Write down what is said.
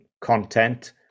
content